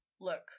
look